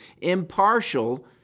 impartial